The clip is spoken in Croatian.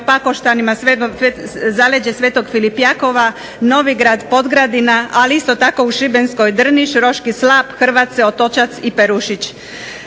Pakoštanima sve do zaleđa Sv. Filip i Jakova, Novigrad, Podgradina, ali isto tako u Šibenskoj Drniš, Roški slap, Hrvace, Otočac i Perušić.